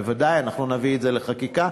בוודאי, אנחנו נביא את זה לחקיקה.